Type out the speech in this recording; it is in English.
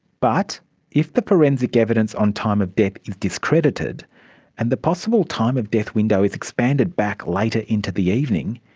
but if the forensic evidence on time of death is discredited and the possible time of death window is expanded back later into the evening,